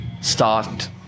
start